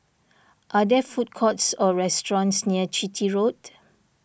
are there food courts or restaurants near Chitty Road